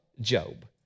Job